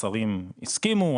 השרים הסכימו,